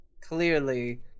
clearly